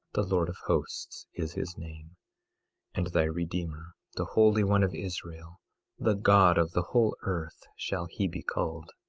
the lord of hosts is his name and thy redeemer, the holy one of israel the god of the whole earth shall he be called.